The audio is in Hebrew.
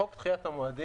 חוק דחיית המועדים